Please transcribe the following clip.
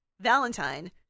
Valentine